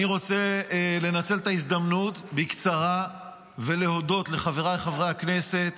אני רוצה לנצל את ההזדמנות בקצרה ולהודות לחבריי חברי הכנסת